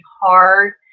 hard